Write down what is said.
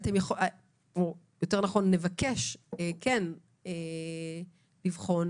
אביגיל, נבקש לבחון